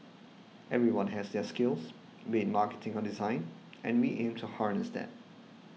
everyone has their skills be it marketing on design and we aim to harness that